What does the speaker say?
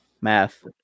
math